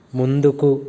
ముందుకు